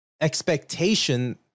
expectation